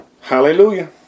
Hallelujah